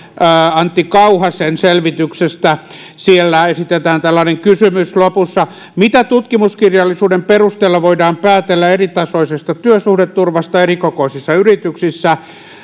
antti kauhasen selvityksestä siellä esitetään tällainen kysymys lopussa mitä tutkimuskirjallisuuden perusteella voidaan päätellä eritasoisesta työsuhdeturvasta erikokoisissa yrityksissä